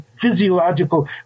physiological